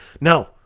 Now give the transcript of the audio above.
No